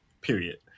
period